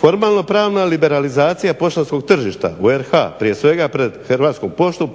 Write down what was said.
Formalno-pravna liberalizacija poštanskog tržišta u RH prije svega pred Hrvatsku poštu